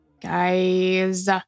Guys